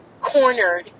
cornered